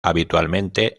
habitualmente